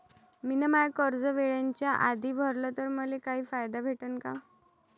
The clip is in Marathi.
मिन माय कर्ज वेळेच्या आधी भरल तर मले काही फायदा भेटन का?